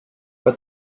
but